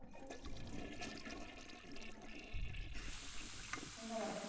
ক্ষেত্ৰত ইমান সমস্যা নহয় ধন্যবাদ